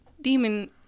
demon